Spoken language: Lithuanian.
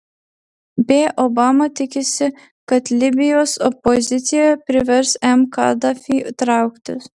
b obama tikisi kad libijos opozicija privers m kadafį trauktis